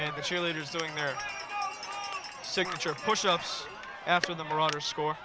and the cheerleaders doing their signature push ups after the broader score